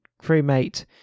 crewmate